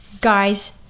guys